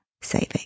saving